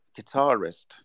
guitarist